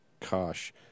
Kosh